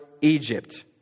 egypt